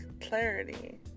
clarity